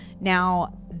Now